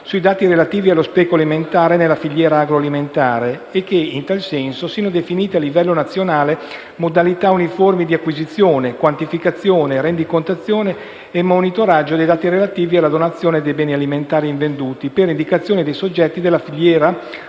sui dati relativi allo spreco alimentare nella filiera agroalimentare e che in tal senso siano definite a livello nazionale modalità uniformi di acquisizione, quantificazione, rendicontazione e monitoraggio dei dati relativi alla donazione dei beni alimentari invenduti, con indicazione dei soggetti della filiera obbligati